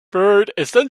united